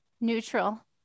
neutral